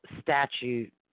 statute